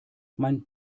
mein